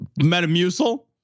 Metamucil